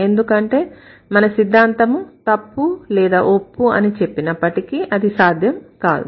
ఎందుకంటే మన సిద్ధాంతము తప్పు లేదా ఒప్పు అని చెప్పినప్పటికీ అది సాధ్యం కాదు